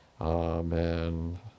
Amen